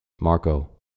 Marco